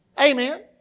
Amen